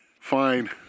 fine